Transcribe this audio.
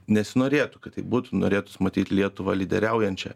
nesinorėtų kad taip būtų norėtųs matyt lietuvą lyderiaujančią